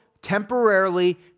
Temporarily